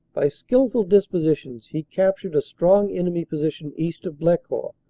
by skilful dispositions he captured a strong enemy position east of blecourt,